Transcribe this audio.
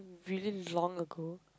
really long ago